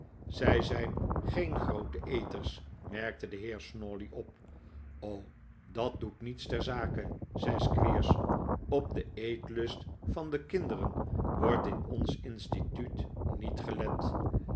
zij zijn geen groote eters merkte de heer snawley op dat doet niets ter zake zei squeers op den eetlust van de kinderen wordt in ons instituut niet gelet